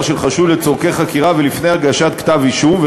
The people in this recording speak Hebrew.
של חשוד לצורכי חקירה ולפני הגשת כתב אישום,